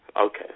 Okay